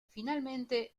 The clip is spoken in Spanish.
finalmente